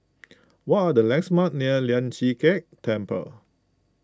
what are the landmarks near Lian Chee Kek Temple